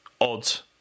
Odds